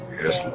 yes